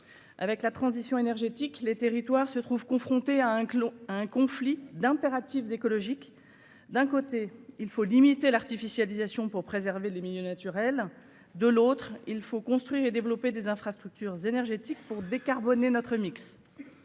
avec la transition énergétique les territoires se trouve confronté à un que l'on a un conflit d'impératifs écologiques, d'un côté, il faut limiter l'artificialisation pour préserver le milieu naturel, de l'autre, il faut construire et développer des infrastructures énergétiques pour décarboner notre mix